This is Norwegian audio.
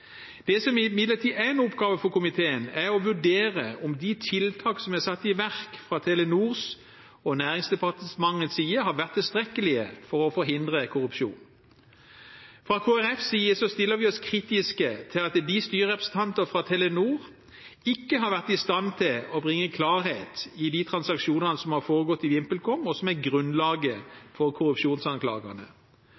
Det som imidlertid er en oppgave for komiteen, er å vurdere om de tiltak som er satt i verk fra Telenors og Næringsdepartementets side, har vært tilstrekkelige for å forhindre korrupsjon. Fra Kristelig Folkepartis side stiller vi oss kritiske til at styrerepresentantene fra Telenor ikke har vært i stand til å bringe klarhet i de transaksjonene som har foregått i VimpelCom, og som er grunnlaget for korrupsjonsanklagene.